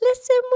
Listen